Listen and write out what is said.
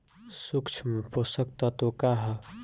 सूक्ष्म पोषक तत्व का ह?